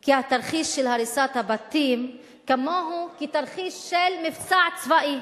כי התרחיש של הריסת הבתים כמוהו כתרחיש של מבצע צבאי,